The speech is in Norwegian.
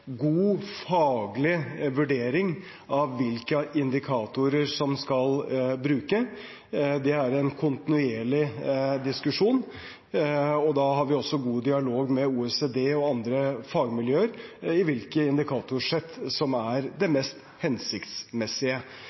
god faglig vurdering av hvilke indikatorer som skal brukes. Det er en kontinuerlig diskusjon. Vi har også god dialog med OECD og andre fagmiljøer om hvilke indikatorsett som er de mest hensiktsmessige.